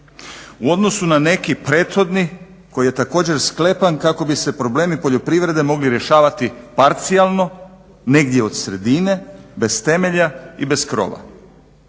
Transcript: U odnosu na neki prethodni koji je također sklepan kako bi se problemi poljoprivrede mogli rješavati parcijalno negdje od sredine, bez temelja i bez krova.